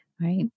Right